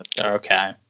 Okay